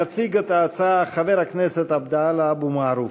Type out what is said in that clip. מס' 1555. יציג את ההצעה חבר הכנסת עבדאללה אבו מערוף,